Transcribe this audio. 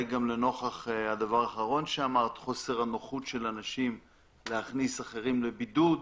גם לנוכח חוסר הנוחות של אנשים להכניס אחרים לבידוד: